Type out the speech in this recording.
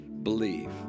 believe